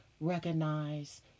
recognize